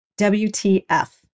WTF